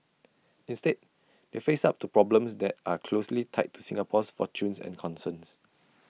instead they face up to problems that are closely tied to Singapore's fortunes and concerns